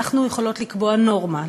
אנחנו יכולות לקבוע נורמה,